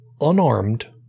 unarmed